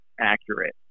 accurate